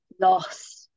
loss